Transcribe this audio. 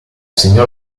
segnò